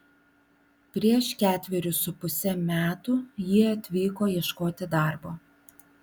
prieš ketverius su puse metų ji atvyko ieškoti darbo